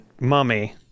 mummy